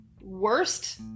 worst